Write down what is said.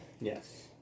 Yes